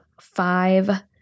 five